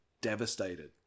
devastated